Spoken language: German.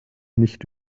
nicht